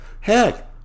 heck